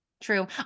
true